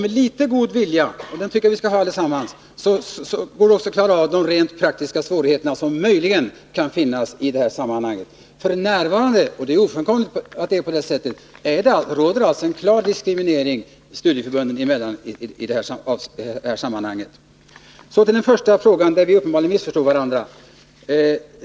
Med litet god vilja, och en sådan tycker jag att vi alla skall ha, går det också att klara av de rent praktiska svårigheter som möjligen kan finnas i det här sammanhanget. F. n. sker det — detta kan inte förnekas — en klar diskriminering när det gäller de olika studieförbunden. Så till den första frågan där vi uppenbarligen missförstod varandra.